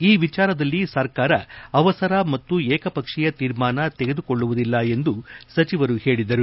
ಈ ವಿಚಾರದಲ್ಲಿ ಸರ್ಕಾರ ಅವಸರ ಮತ್ತು ಏಕಪಕ್ಷೀಯ ತೀರ್ಮಾನ ತೆಗೆದುಕೊಳ್ಳುವುದಿಲ್ಲ ಎಂದು ಸಚಿವರು ಹೇಳಿದರು